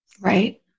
right